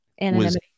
Anonymity